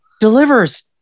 Delivers